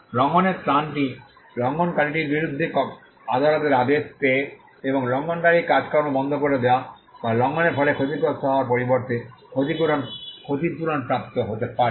লঙ্ঘনের ত্রাণটি লঙ্ঘনকারীটির বিরুদ্ধে আদালতের আদেশ পেয়ে এবং লঙ্ঘনকারী কার্যক্রম বন্ধ করে দেওয়া বা লঙ্ঘনের ফলে ক্ষতিগ্রস্থ হওয়ার পরিবর্তে ক্ষতিপূরণ প্রাপ্ত হতে পারে